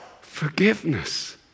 forgiveness